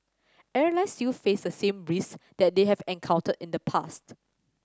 airlines still face the same risk that they have encountered in the past